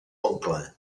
oncle